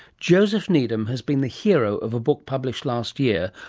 joseph needham has been the hero of a book published last year,